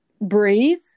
breathe